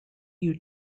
you